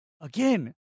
again